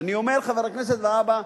חבר הכנסת והבה,